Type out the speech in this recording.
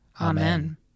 Amen